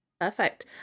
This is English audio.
perfect